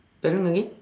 spelling again